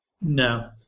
No